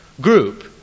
group